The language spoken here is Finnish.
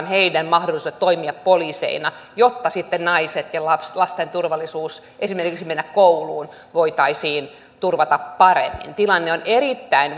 heidän mahdollisuutensa toimia poliiseina jotta sitten naiset ja lasten turvallisuus esimerkiksi mennä kouluun voitaisiin turvata paremmin tilanne on erittäin